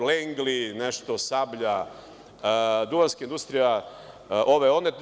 Lengli, nešto „Sablja“, duvanska industrija, ove, one.